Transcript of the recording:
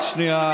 רק שנייה.